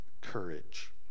courage